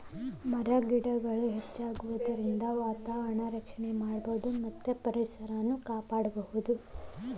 ಮರ ಗಿಡಗಳ ಹೆಚ್ಚಾಗುದರಿಂದ ವಾತಾವರಣಾನ ರಕ್ಷಣೆ ಮಾಡಬಹುದು ಮತ್ತ ಆದಾಯಾನು ಚುಲೊ ಬರತತಿ